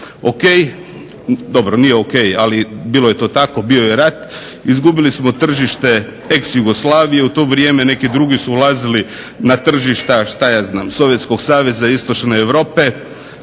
O.k. dobro nije o.k. bilo je to tako, bio je rat, izgubili smo tržište ex Jugoslavije u to vrijeme neki drugi su ulazili na tržišta šta ja znam Sovjetskog saveza, Istočne Europe,